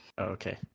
Okay